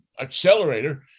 accelerator